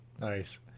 nice